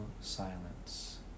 silence